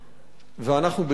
ואנחנו בדיון מדאיג,